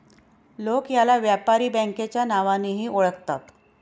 लोक याला व्यापारी बँकेच्या नावानेही ओळखतात